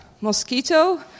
Mosquito